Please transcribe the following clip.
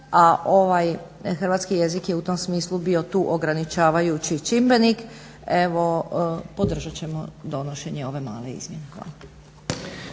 a ovaj hrvatski jezik je u tom smislu bio tu ograničavajući čimbenik. Evo podržat ćemo donošenje ove male izmjene. Hvala.